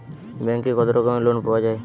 ব্যাঙ্কে কত রকমের লোন পাওয়া য়ায়?